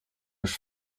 już